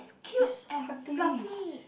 cute and fluffy